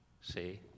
see